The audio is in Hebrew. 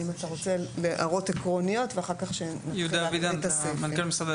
אם אתה הערות עקרוניות ואחר כך שנתחיל להקריא את הסעיפים.